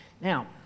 Now